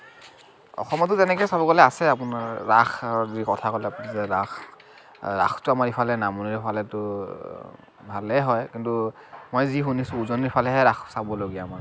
অসমতো তেনেকে চাব গ'লে আছে আপোনাৰ ৰাস কথা ক'লে ৰাস ৰাসটো আমাৰ এইফালে নামনিৰ ফালেতো ভালে হয় কিন্তু মই যি শুনিছো উজনিৰ ফালেহে ৰাস চাবলগীয়া